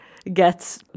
get